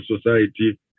society